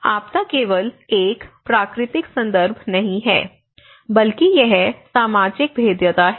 आपदा केवल एक प्राकृतिक संदर्भ नहीं है बल्कि यह सामाजिक भेद्यता है